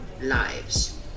lives